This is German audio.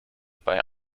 bei